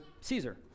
Caesar